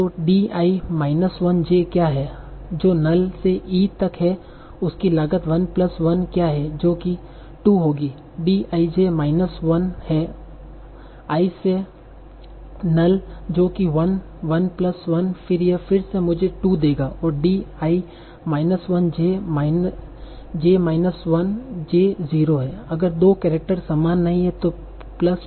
तो D i minus 1 j क्या है जो null से E तक है उसकी लागत 1 प्लस 1 क्या है जो कि 2 होगी D i j माइनस 1 है i से null जो कि 1 प्लस 1 यह फिर से मुझे 2 देगा और D i minus 1 j minus 1 j 0 है अगर दो केरेक्टर समान नहीं हैं तो प्लस 2